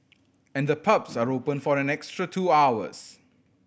and the pubs are open for an extra two hours